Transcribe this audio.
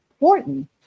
important